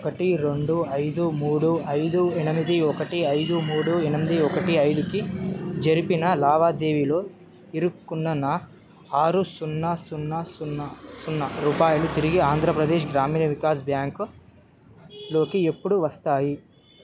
ఒకటి రెండు ఐదు మూడు ఐదు ఎనిమిది ఒకటి ఐదు మూడు ఎనిమిది ఒకటి ఐదుకి జరిపిన లావాదేవీలో ఇరుక్కున్న నా ఆరు సున్నా సున్నా సున్నా సున్నా రూపాయలు తిరిగి ఆంధ్ర ప్రదేశ్ గ్రామీణ వికాస్ బ్యాంక్ లోకి ఎప్పుడు వస్తాయి